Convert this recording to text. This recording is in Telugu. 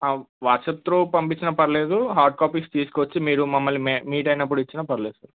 వాట్స్ఆప్ త్రు పంపించినా పర్లేదు హాడ్ కాపీస్ తీసుకొచ్చి మీరు మమ్మల్ని మే మీట్ అయినప్పుడు ఇచ్చినా పర్లేదు సార్